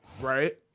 Right